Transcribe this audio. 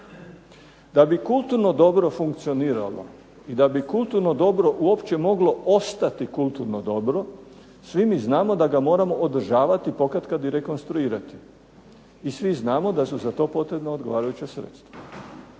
Da bi kulturno dobro funkcioniralo i da bi kulturno dobro uopće moglo ostati kulturno dobro, svi mi znamo da ga moramo održavati pokatkada i rekonstruirati. I svi znamo da su za to potrebna odgovarajuća sredstva.